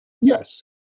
Yes